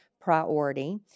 priority